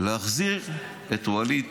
להחזיר את וליד